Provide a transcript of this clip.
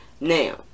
now